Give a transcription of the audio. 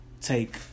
take